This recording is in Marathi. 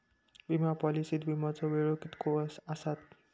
विमा पॉलिसीत विमाचो वेळ कीतको आसता?